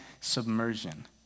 submersion